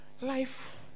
Life